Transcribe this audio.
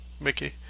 Mickey